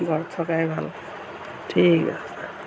ঘৰত থকাই ভাল ঠিক আছে